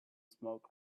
smoke